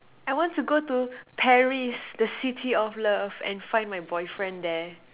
I want to go to Paris the city of love and find my boyfriend there